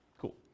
Cool